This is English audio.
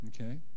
okay